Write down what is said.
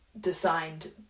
designed